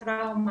טראומה,